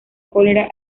cólera